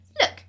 Look